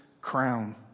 crown